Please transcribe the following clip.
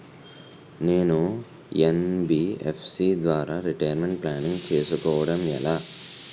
నేను యన్.బి.ఎఫ్.సి ద్వారా retirement planning చేసుకోవడం ఎలా?